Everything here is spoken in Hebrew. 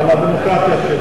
שמעת אותו, על הדמוקרטיה שלו.